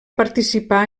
participar